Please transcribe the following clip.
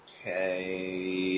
Okay